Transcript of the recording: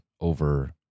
over